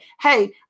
Hey